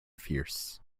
fierce